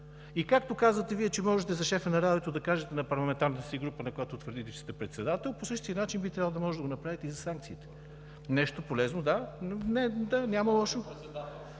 И както казвате Вие, че можете за шефа на радиото да кажете на парламентарната си група, на която, твърдите, че сте председател, по същия начин би трябвало да може да го направите и за санкциите. МИНИСТЪР-ПРЕДСЕДАТЕЛ